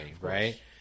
right